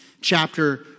chapter